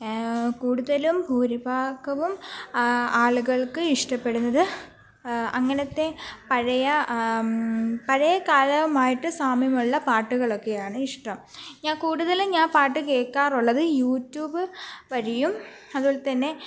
കൂടുതലും ഭൂരിഭാഗവും ആളുകൾക്ക് ഇഷ്ടപ്പെടുന്നത് അങ്ങനത്തെ പഴയ പഴയ കാലവുമായിട്ട് സാമ്യമുള്ള പാട്ടുകളൊക്കെയാണ് ഇഷ്ടം ഞാൻ കൂടുതലും ഞാൻ പാട്ട് കേൾക്കാറുള്ളത് യൂടൂബ് വഴിയും അതുപോലെ തന്നെ